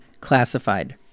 classified